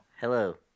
Hello